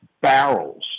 barrels